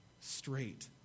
straight